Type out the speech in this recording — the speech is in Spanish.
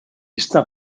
está